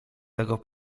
tego